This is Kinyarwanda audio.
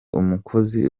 umukozi